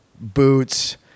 boots